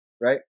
right